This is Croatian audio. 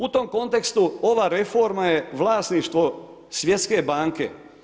U tom kontekstu ova reforma je vlasništvo Svjetske banke.